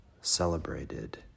celebrated